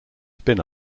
spin